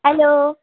hello